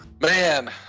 Man